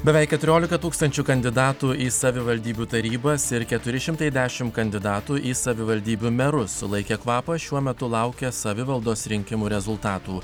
beveik keturiolika tūkstančių kandidatų į savivaldybių tarybas ir keturi šimtai dešimt kandidatų į savivaldybių merus sulaikę kvapą šiuo metu laukia savivaldos rinkimų rezultatų